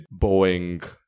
Boeing